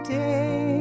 day